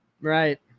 Right